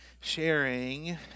sharing